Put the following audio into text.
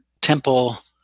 temple